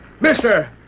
mister